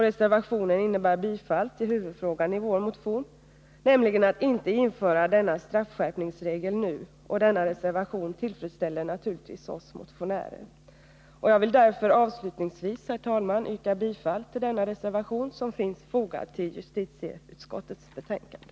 Reservationen innebär bifall till huvudkravet i vår motion, nämligen att man inte skall införa denna straffskärpningsregel nu, och den reservationen tillfredsställer naturligtvis oss motionärer. Jag vill därför avslutningsvis, herr talman, yrka bifall till reservationen som är fogad till justitieutskottets betänkande.